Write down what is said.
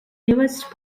newest